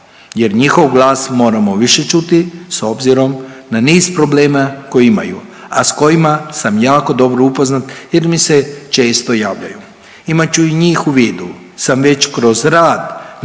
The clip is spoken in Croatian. jer njihov glas moramo više čuti s obzirom na niz problema koje imaju a sa kojima sam jako dobro upoznat jer mi se često javljaju. Ima ću i njih u vidu sam već kroz rad na